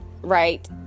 right